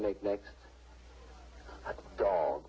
to make next dog